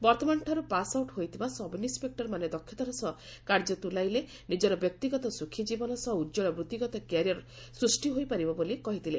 ବର୍ତ୍ତମାନଠାରୁ pass out ହୋଇଥିବା ସବ୍ଇନ୍ପପକୂରମାନେ ଦକ୍ଷତାର ସହ କାର୍ଯ୍ୟ ତୁଲାଇଲେ ନିଜର ବ୍ୟକ୍ତିଗତ ସୁଖୀ ଜୀବନ ସହ ଉଜ୍ଳ ବୃଭିଗତ କ୍ୟାରିୟର ସୃଷ୍ି କରିପାରିବେ ବୋଲି କହିଥିଲେ